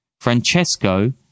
Francesco